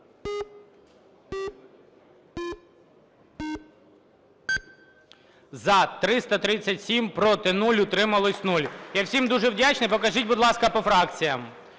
За-337 Проти – 0. Утримались – 0. Я всім дуже вдячний, покажіть, будь ласка, по фракціям: